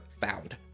found